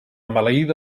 maleïda